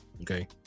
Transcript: okay